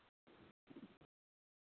मुखे खपे पटना जी भईया